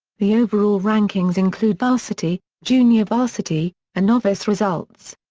the overall rankings include varsity, junior varsity, and novice results.